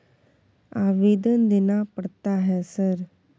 आवेदन देना पड़ता है सर?